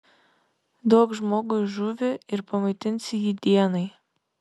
duok žmogui žuvį ir pamaitinsi jį dienai